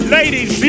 Ladies